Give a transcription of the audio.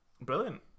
brilliant